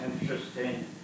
interesting